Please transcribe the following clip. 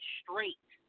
straight